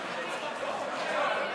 זה לא רגילה.